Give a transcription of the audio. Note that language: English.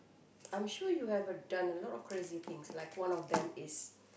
I'm sure you've ever done a lot of crazy things like one of them is